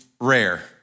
rare